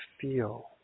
feel